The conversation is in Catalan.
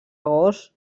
gos